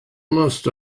must